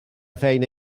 feina